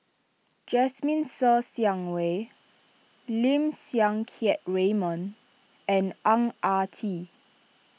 Jasmine Ser Xiang Wei Lim Siang Keat Raymond and Ang Ah Tee